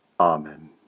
Amen